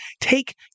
take